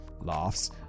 Laughs